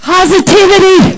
Positivity